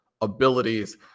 abilities